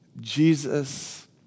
Jesus